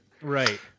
Right